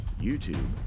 YouTube